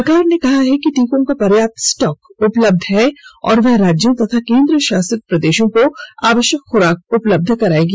सरकार ने कहा है कि टीकों का पर्याप्त स्टॉक उपलब्ध है और वह राज्यों और केंद्रशासित प्रदेशों को आवश्यक खुराक उपलब्ध कराएगी